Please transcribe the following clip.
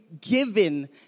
given